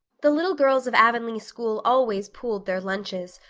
the little girls of avonlea school always pooled their lunches,